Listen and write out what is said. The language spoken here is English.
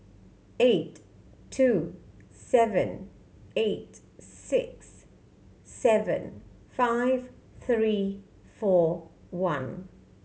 eight two seven eight six seven five three four one